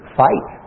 fight